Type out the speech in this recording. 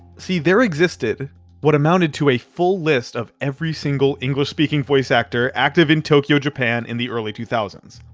see, there existed what amounted to a full list of every single english speaking voice actor active in tokyo, japan in the early two thousand